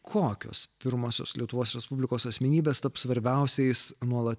kokios pirmosios lietuvos respublikos asmenybės taps svarbiausiais nuolat